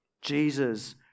Jesus